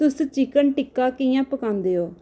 तुस चिकन टिक्का कि'यां पकांदे ओ